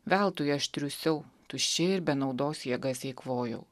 veltui aš triūsiau tuščiai ir be naudos jėgas eikvojau